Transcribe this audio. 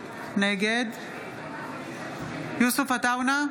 נגד יוסף עטאונה,